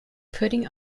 putting